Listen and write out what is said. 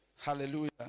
Hallelujah